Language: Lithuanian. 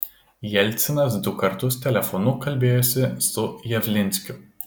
jelcinas du kartus telefonu kalbėjosi su javlinskiu